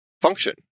function